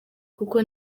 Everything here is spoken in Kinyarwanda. kuko